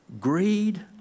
greed